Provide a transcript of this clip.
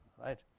right